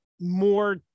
more